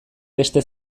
beste